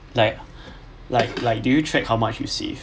like like like do you track how much you save